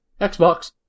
Xbox